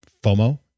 FOMO